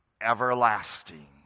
everlasting